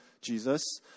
Jesus